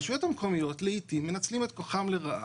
הרשויות המקומיות לעתים מנצלות את כוחן לרעה,